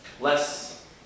Less